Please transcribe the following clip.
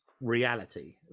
reality